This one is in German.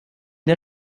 der